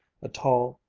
a tall,